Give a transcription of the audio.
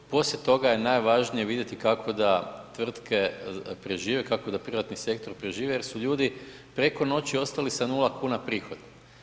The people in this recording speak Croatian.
Poslije toga je najvažnije vidjeti kako da tvrtke prežive, kako da privatni sektor preživi jer su ljudi preko noći ostali sa 0 kuna prihoda.